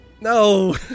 No